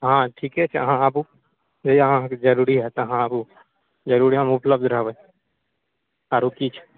हँ ठीके छै अहाँ आबु जहिआ अहाँके जरुरी होयत अहाँ आबु जरुरे हम उपलब्ध रहबै आरो किछु